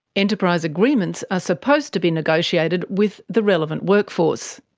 enterprise agreements are supposed to be negotiated with the relevant workforce,